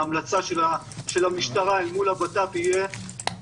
ההמלצה של המשטרה אל מול הבט"פ תהיה